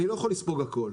אני לא יכול לספוג הכול,